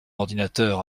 ordinateur